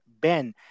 Ben